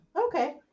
Okay